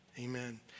Amen